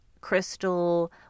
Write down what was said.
crystal